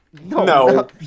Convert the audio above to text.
No